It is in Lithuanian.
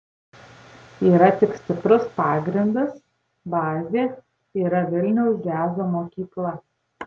yra tik stiprus pagrindas bazė yra vilniaus džiazo mokykla